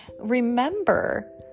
remember